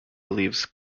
believes